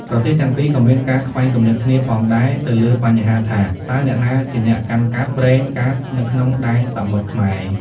ប្រទេសទាំងពីរក៏មានការខ្វែងគំនិតគ្នាផងដែរទៅលើបញ្ហាថា តើអ្នកណាជាអ្នកកាន់កាប់ ប្រេងកាតនៅក្នុងដែនសមុទ្រខ្មែរ។